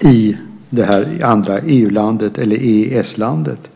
i det andra EU-landet eller EES-landet.